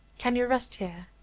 can you rest here?